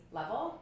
level